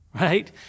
right